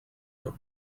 the